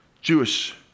Jewish